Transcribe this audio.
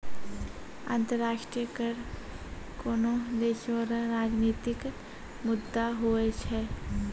अंतर्राष्ट्रीय कर कोनोह देसो रो राजनितिक मुद्दा हुवै छै